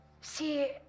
see